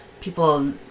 people